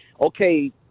okay